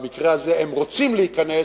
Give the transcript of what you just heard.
במקרה הזה הם רוצים להיכנס,